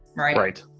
right? right.